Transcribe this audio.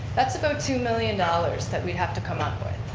that's about two million dollars that we'd have to come up with.